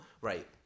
Right